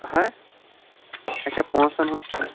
ہہ اچھا پونٛسَن ہُنٛد